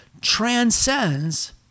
transcends